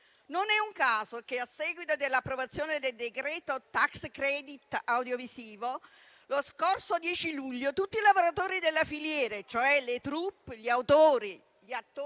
Non è un caso che, a seguito dell'approvazione del decreto *tax credit* audiovisivo, lo scorso 10 luglio tutti i lavoratori della filiera, e cioè le *troupe*, gli autori, gli attori